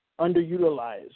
underutilized